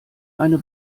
eine